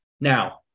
now